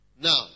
Now